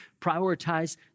prioritize